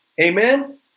Amen